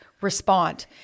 respond